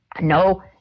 No